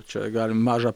čia galim mažą